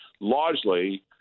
largely